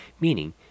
meaning